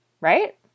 right